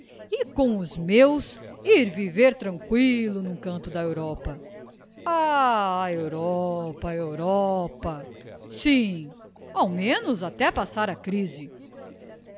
com os meus ir viver tranquillo n'um camo da europa a europa a europa sim ao menos até passar a crise